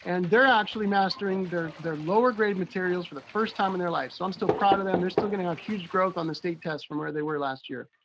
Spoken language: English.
and they're actually mastering their lower grade materials for the first time in their lives. so i'm still proud of them, they're still getting a huge growth on the state test from where they were last year.